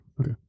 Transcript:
Okay